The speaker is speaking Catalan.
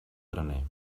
graner